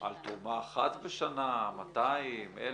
על תרומה אחת בשנה, 200, 1,000,